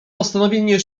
postanowienie